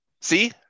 See